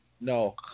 No